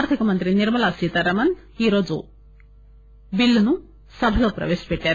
ఆర్థికమంత్రి నిర్మలా సీతారామన్ ఈ బిల్లును ఈరోజు సభలో ప్రపేశపెట్టారు